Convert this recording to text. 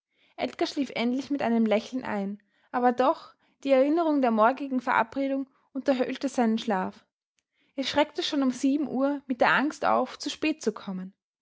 edgar schlief endlich mit einem lächeln ein aber doch die erinnerung der morgigen verabredung unterhöhlte seinen schlaf er schreckte schon um sieben uhr mit der angst auf zu spät zu kommen